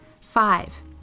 Five